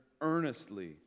earnestly